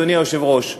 אדוני היושב-ראש: